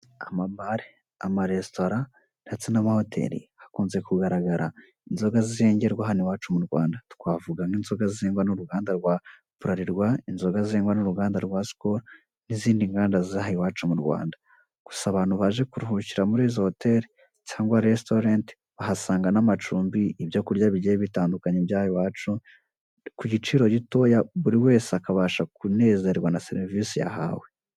Amabare, amaresitora ndetse n'amahoteli hakunze kugaragara inzoga zengerwa hano iwacu mu Rwanda, twavuga nk'inzoga zengwa n'uruganda rwa BRALIRWA, inzoga zengwa n'uruganda rwa SKOL n'izindi nganda z'aha iwacu mu Rwanda. Gusa abantu baje kuruhukira muri izo hoteli cyangwa resitorenti ahasanga n'amacumbi, ibyo kurya bigiye bitandukanye by'aha iwacu ku giciro gitoya buri wese akabasha kunezerwa na serivise yahawe.